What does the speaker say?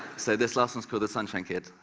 so this last one is called the sunshine kid.